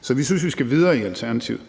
Så vi synes i Alternativet,